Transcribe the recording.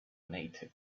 native